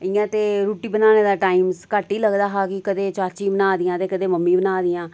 इयां ते रुट्टी बनाने दा टाइम घट्ट ही लगदा हा कि कदें चाची बना दियां कदें मम्मी बना दियां